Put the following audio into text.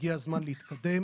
הגיע הזמן להתקדם.